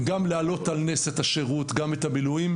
גם להעלות על נס את השירות, גם את המילואים.